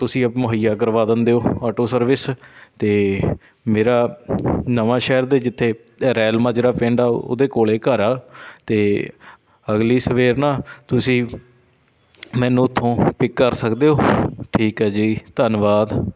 ਤੁਸੀਂ ਅ ਮੁਹੱਈਆ ਕਰਵਾ ਦਿੰਦੇ ਹੋ ਆਟੋ ਸਰਵਿਸ ਅਤੇ ਮੇਰਾ ਨਵਾਂਸ਼ਹਿਰ ਦੇ ਜਿੱਥੇ ਰੈਲਮਾਜਰਾ ਪਿੰਡ ਆ ਉਹਦੇ ਕੋਲ ਘਰ ਆ ਅਤੇ ਅਗਲੀ ਸਵੇਰ ਨਾ ਤੁਸੀਂ ਮੈਨੂੰ ਉੱਥੋਂ ਪਿੱਕ ਕਰ ਸਕਦੇ ਹੋ ਠੀਕ ਆ ਜੀ ਧੰਨਵਾਦ